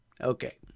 Okay